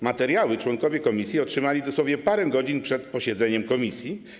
Materiały członkowie komisji otrzymali dosłownie parę godzin przed posiedzeniem komisji.